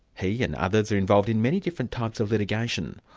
he and others are involved in many different types of litigation,